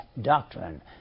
doctrine